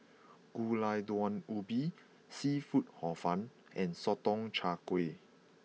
Gulai Daun Ubi Seafood Hor Fun and Sotong Char Kway